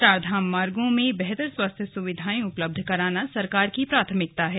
चारधाम मार्गो में बेहतर स्वास्थ्य सुविधाएं उपलब्ध कराना सरकार की प्राथमिकता है